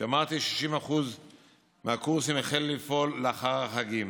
אמרתי ש-60% מהקורסים החלו לפעול לאחר החגים.